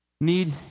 need